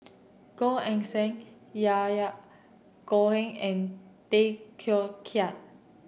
Gan Eng Seng Yahya Cohen and Tay Teow Kiat